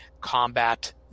combat